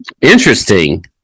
Interesting